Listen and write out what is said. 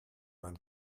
man